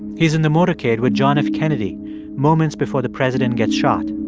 he's in the motorcade with john f. kennedy moments before the president gets shot.